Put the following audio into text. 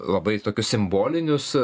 labai tokius simbolinius